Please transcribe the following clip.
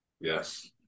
Yes